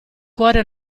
cuore